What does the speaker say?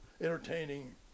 entertaining